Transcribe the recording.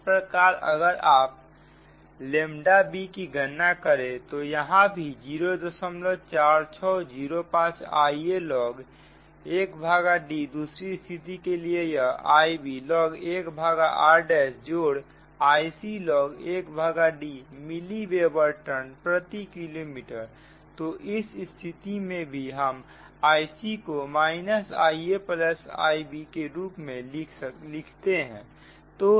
इस प्रकार अगर आप bकी गणना करें तो यहां भी 0 4605 Ialog 1D दूसरी स्थिति के लिए यह Iblog 1r' जोड़ Iclog 1D मिली वेबर टर्न प्रति किलोमीटर तो इस स्थिति में भी हम Ic को IaIb के रूप में लिखते हैं